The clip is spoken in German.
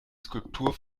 skulptur